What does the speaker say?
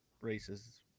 races